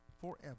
forever